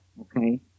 Okay